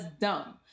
dumb